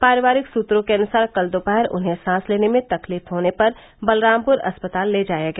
पारिवारिक सूत्रों के अनुसार कल दोपहर उन्हें सांस लेने में तकलीफ होने पर बलरामपुर अस्पताल ले जाया गया